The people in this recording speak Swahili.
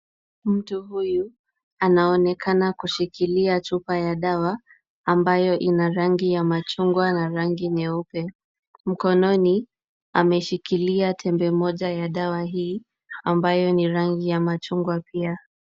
Mtu huyu anaonekana kushikilia chupa ya dawa ambayo ina rangi ya machungwa na rangi nyeupe. Mkononi ameshikilia tembe moja ya dawa hii ambayo ni rangi ya machungwa pia.